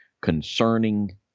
concerning